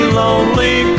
lonely